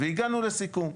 והגענו לסיכום,